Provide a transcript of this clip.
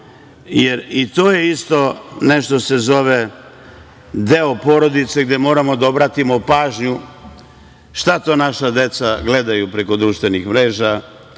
jer i to je isto nešto se zove deo porodice, gde moramo da obratimo pažnju šta to naša deca gledaju preko društvenih mreža,